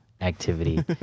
activity